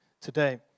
today